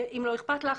ואם לא אכפת לך,